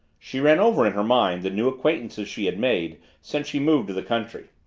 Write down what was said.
she ran over in her mind the new acquaintances she had made since she moved to the country.